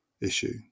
issue